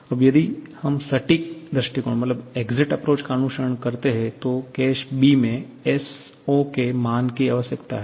अब यदि हम सटीक दृष्टिकोण का अनुसरण करते हैं तो केस b हमें S0 के मान की आवश्यकता है